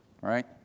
right